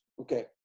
Okay